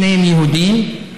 שניהם יהודים.